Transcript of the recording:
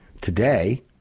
today